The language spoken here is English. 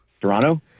Toronto